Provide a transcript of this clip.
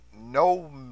no